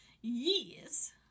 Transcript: Yes